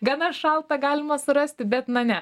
gana šaltą galima surasti bet na ne